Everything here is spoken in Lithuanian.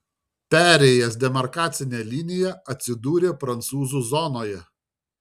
perėjęs demarkacinę liniją atsidūrė prancūzų zonoje